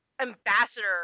ambassador